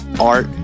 art